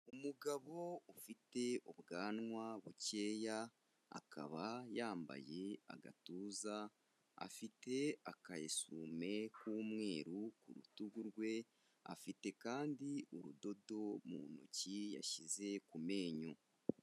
Umugabo ufite ubwanwa bukeya akaba yambaye agatuza, afite akasume k'umweru ku rutugu rwe afite kandi urudodo mu ntoki yashyize ku menyo.